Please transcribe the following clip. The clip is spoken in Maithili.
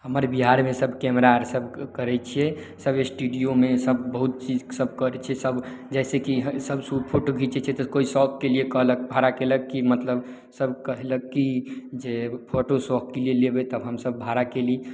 हमर बिहारमे सब कैमरा आर सब करय छियै सब स्टुडियोमे ई सब बहुत चीज सब करय छियै सब जैसे की ई सब शूट फोटो घीचय छियै तऽ कोइ शॉपके लिए कहलक भाड़ा कयलक की मतलब सब कहलक की जे फोटोशॉपके लिए लेबय तऽ हमसब भाड़ा कयली